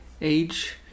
age